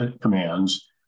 commands